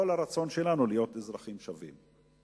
כל הרצון שלנו להיות, אזרחים שווים.